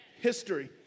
History